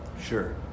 sure